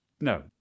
No